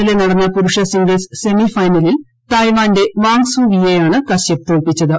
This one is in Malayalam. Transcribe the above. ഇന്നലെ നടന്ന് ഷൂർുഷ സിംഗിൾസ് സെമി ഫൈനലിൽ തായ്വാന്റെ വാങ് സുപ്പിട്ടിയാണ് കശ്യപ് തോൽപ്പിച്ചത്